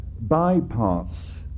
bypass